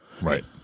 Right